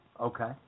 Okay